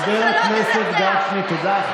חבר הכנסת גפני, תודה.